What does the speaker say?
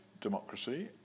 democracy